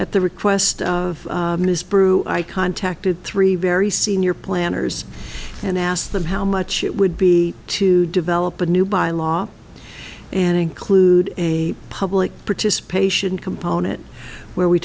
at the request of ms brewer i contacted three very senior planners and asked them how much it would be to develop a new bylaw and include a public participation component where we